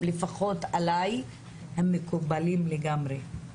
לפחות עליי, הם מקובלים לגמרי.